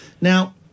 Now